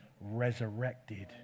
Resurrected